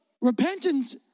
repentance